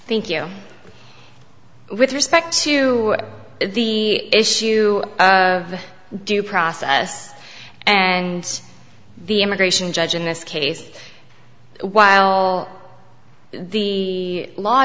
thank you with respect to the issue of due process and the immigration judge in this case while the law